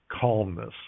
calmness